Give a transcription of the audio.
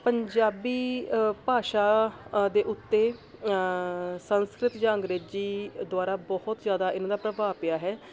ਪੰਜਾਬੀ ਭਾਸ਼ਾ ਦੇ ਉੱਤੇ ਸੰਸਕ੍ਰਿਤ ਜਾਂ ਅੰਗਰੇਜ਼ੀ ਦੁਆਰਾ ਬਹੁਤ ਜ਼ਿਆਦਾ ਇਹਨਾਂ ਦਾ ਪ੍ਰਭਾਵ ਪਿਆ ਹੈ